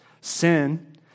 Sin